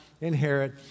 inherit